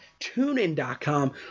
TuneIn.com